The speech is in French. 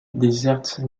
desserte